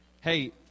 Hey